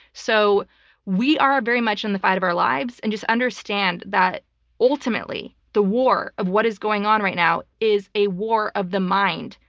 so we are very much in the fight of our lives, and just understand that ultimately the war of what is going on right now is a war of the mind.